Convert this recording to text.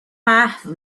محو